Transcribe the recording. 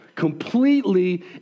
completely